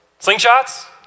Slingshots